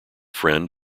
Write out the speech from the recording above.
friend